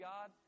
God